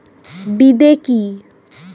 বিদে কি?